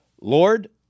Lord